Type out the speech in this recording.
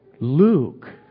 Luke